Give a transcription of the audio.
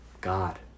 God